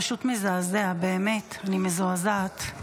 זה פשוט מזעזע, באמת, אני מזועזעת.